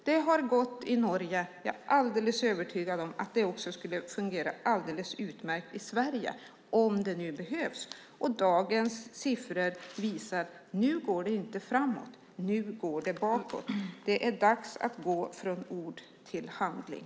Det har gått i Norge, och jag är alldeles övertygad om att det också skulle fungera alldeles utmärkt i Sverige, om det nu behövs. Och dagens siffror visar att det nu inte går framåt utan att det går bakåt. Det är dags att gå från ord till handling.